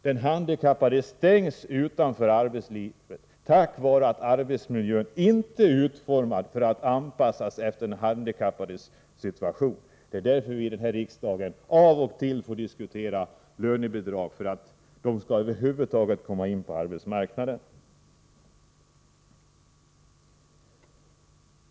Den handikappade stängs ute från arbetslivet på grund av att arbetsmiljön inte är anpassad till den handikappades situation. Det är därför vi i riksdagen av och till får diskutera lönebidrag för att de handikappade över huvud taget skall komma in på arbetsmarknaden.